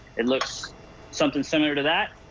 it looks something similar to that.